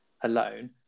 alone